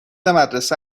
مدرسه